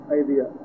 idea